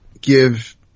give